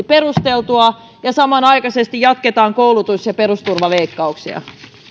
perusteltua ja samanaikaisesti jatketaan koulutus ja perusturvaleikkauksia